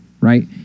Right